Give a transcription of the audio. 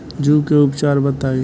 जूं के उपचार बताई?